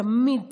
תמיד,